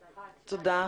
תודה.